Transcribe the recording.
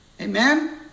Amen